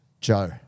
Joe